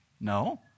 No